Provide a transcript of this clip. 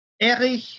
Erich